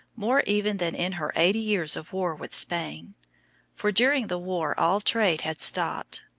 more even than in her eighty years of war with spain for during the war all trade had stopped,